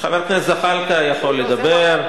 חבר הכנסת זחאלקה יכול לדבר.